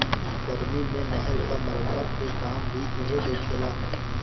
गर्मी मे नहर क मरम्मत के काम भी इहे देखेला